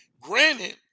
Granted